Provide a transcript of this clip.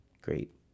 great